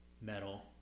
metal